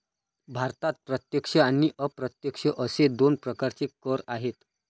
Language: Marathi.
भारतात प्रत्यक्ष आणि अप्रत्यक्ष असे दोन प्रकारचे कर आहेत